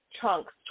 chunks